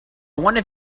wonder